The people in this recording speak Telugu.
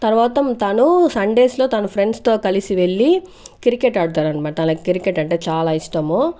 తర్వాత తను సండేస్లో తన ఫ్రెండ్స్తో కలిసి వెళ్ళి క్రికెట్ ఆడతాడనమాట తనకి క్రికెట్ అంటే చాలా ఇష్టము